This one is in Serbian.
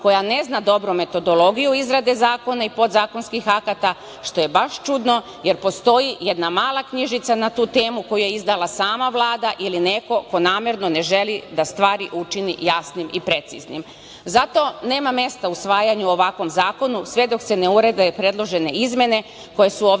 koja ne zna dobro metodologiju izrade zakona i podzakonskih akata, što je baš čudno, jer postoji jedna mala knjižica na tu temu koju je izdala sama Vlada, ili neko ko namerno ne želi da stvari učini jasnim i preciznim. Zato nema mesta usvajanju ovakvog zakona, sve dok se ne urede predložene izmene koje su ovde